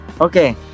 Okay